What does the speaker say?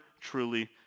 truly